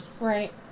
Right